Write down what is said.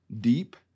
deep